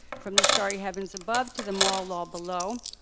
from the starry heavens above to the moral law below.